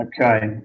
Okay